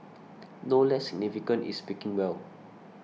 no less significant is speaking well